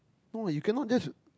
no you cannot just